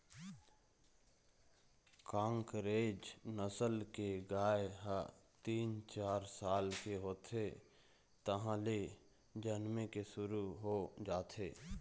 कांकरेज नसल के गाय ह तीन, चार साल के होथे तहाँले जनमे के शुरू हो जाथे